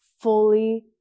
fully